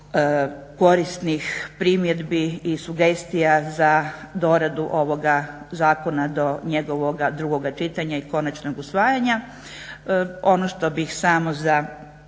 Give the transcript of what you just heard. korisnih primjedbi i sugestija za doradu ovoga zakona do njegovoga drugoga čitanja i konačnog usvajanja. Ono što bih samo za